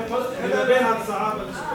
נקבל הצעה בלשכה.